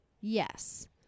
yes